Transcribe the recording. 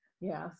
Yes